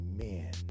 Amen